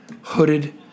hooded